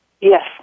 Yes